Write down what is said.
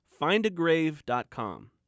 findagrave.com